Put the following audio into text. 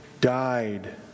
died